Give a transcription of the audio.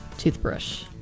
toothbrush